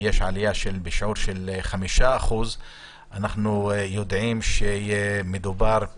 יש עלייה בשיעור של 5%. אנחנו יודעים שמדובר בכך